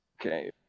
Okay